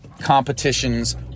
competitions